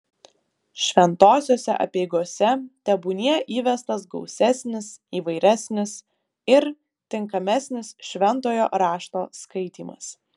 šventosiose apeigose tebūnie įvestas gausesnis įvairesnis ir tinkamesnis šventojo rašto skaitymas